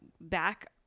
back